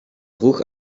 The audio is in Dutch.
vroeg